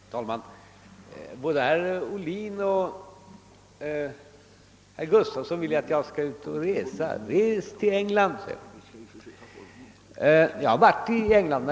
Herr talman! Både herr Ohlin och herr Gustafson i Göteborg vill att jag skall ut och resa. Res till England! säger de. Jag har redan varit i England.